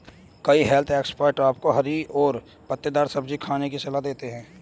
कई health expert आपको हरी और पत्तेदार सब्जियां खाने की सलाह देते हैं